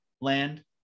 land